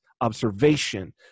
observation